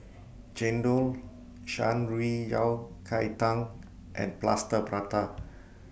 Chendol Shan Rui Yao Cai Tang and Plaster Prata